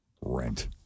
rent